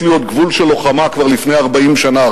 להיות גבול של לוחמה כבר לפני 40 שנה,